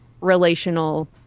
relational